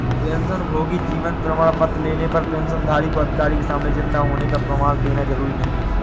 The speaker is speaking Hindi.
पेंशनभोगी जीवन प्रमाण पत्र लेने पर पेंशनधारी को अधिकारी के सामने जिन्दा होने का प्रमाण देना जरुरी नहीं